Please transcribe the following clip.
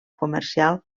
comercial